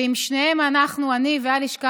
ועם שניהם אנחנו בקשר,